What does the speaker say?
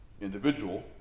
individual